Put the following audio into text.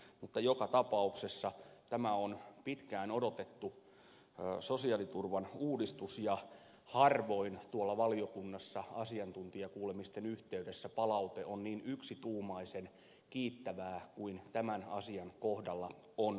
mutta joka tapauksessa tämä on pitkään odotettu sosiaaliturvan uudistus ja harvoin valiokunnassa asiantuntijakuulemisten yhteydessä palaute on niin yksituumaisen kiittävää kuin tämän asian kohdalla on ollut